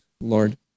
Lord